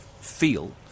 feel